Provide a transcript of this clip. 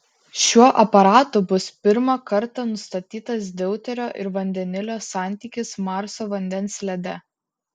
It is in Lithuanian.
šiuo aparatu bus pirmą kartą nustatytas deuterio ir vandenilio santykis marso vandens lede